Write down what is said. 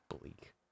bleak